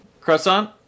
Croissant